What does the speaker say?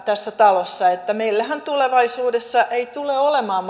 tässä talossa että meillähän tulevaisuudessa ei tule olemaan